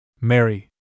mary